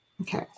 Okay